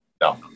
No